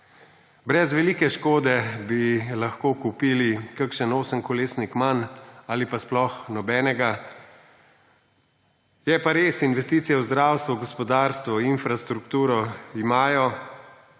Brez velike škode bi lahko kupili kakšen osemkolesnik manj ali pa sploh nobenega. Je pa res, investicije v zdravstvo, gospodarstvo, infrastrukturo imajo